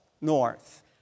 north